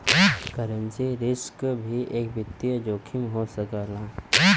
currency risk भी एक वित्तीय जोखिम हो सकला